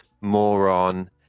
moron